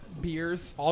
beers